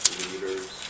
leaders